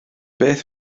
beth